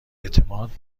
اعتماد